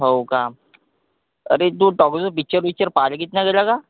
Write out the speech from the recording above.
हो का अरे तू टॉकीजवर पिच्चर बीच्चर पहाय लगीत नाही गेला का